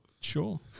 Sure